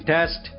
Test